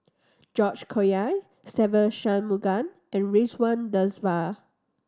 George Collyer Se Ve Shanmugam and Ridzwan Dzafir